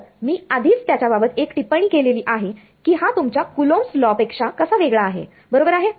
तर मी आधीच त्याच्याबाबत एक टिप्पणी केलेली आहे की हा तुमच्या कुलोंब्स लॉCoulombs law पेक्षा कसा वेगळा आहे बरोबर आहे